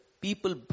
people